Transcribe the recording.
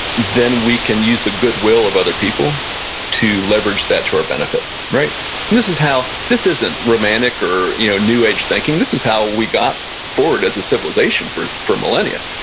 then we can use the goodwill of other people to leverage that to our benefit. this is how, this isn't romantic or you know new age thinking, this is how we got forward as a civilization for for millennia.